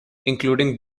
including